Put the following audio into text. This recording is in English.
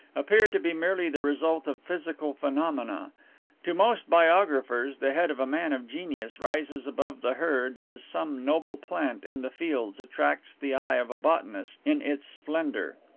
appear to be merely the result of physical phenomena to most biographers the head of a man of genius rises above the herd as some noble plant in the fields attracts the eye of a botanist in its splendor.